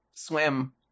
Swim